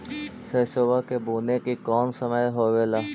सरसोबा के बुने के कौन समय होबे ला?